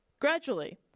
Gradually